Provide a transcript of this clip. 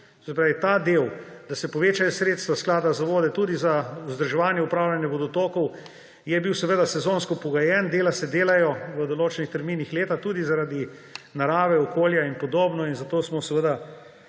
pravi ta del, da se povečajo sredstva Sklada za vode tudi za vzdrževanje upravljanja vodotokov, je bil sezonsko pogojen, dela se delajo v določenih terminih leta tudi zaradi narave, okolja in podobno. In zato smo seveda